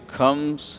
comes